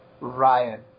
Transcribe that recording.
Ryan